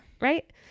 Right